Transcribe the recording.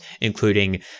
including